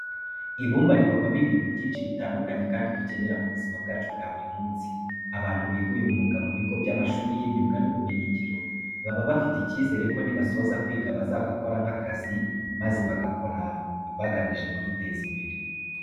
Ibumba rikorwamo ibintu byinshi bitandukanye kandi dukenera mu buzima bwacu bwa buri munsi. Abantu biga uyu mwuga mu bigo by'amashuri y'imyuga n'ubumenyingiro baba bafite icyizere ko nibasoza kwiga bazagakora nk'akazi maze bakagakora bagamije kwiteza imbere.